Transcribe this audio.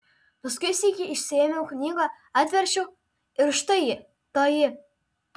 paskui sykį išsiėmiau knygą atverčiau ir štai ji toji